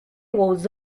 aux